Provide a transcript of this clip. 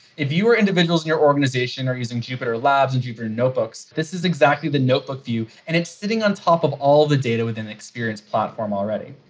if your individuals in your organization are using jupiter labs, and jupyter notebooks, this is exactly the notebook view. and it's sitting on top of all of the data within experience platform already.